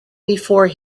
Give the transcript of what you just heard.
before